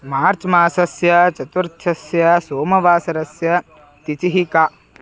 मार्च् मासस्य चतुर्थस्य सोमवासरस्य तिथिः का